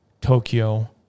Tokyo